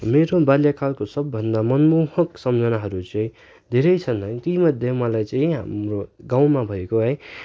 मेरो बाल्यकालको सबभन्दा मनमोहक सम्झनाहरू चाहिँ धेरै छन् है तीमध्ये मलाई चाहिँ हाम्रो गाउँमा भएको है